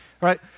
right